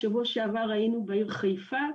בשבוע שעבר היינו בעיר חיפה,